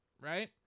right